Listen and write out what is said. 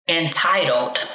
entitled